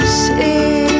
see